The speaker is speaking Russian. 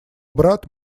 брат